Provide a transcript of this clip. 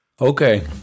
Okay